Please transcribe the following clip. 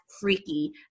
freaky